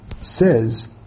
says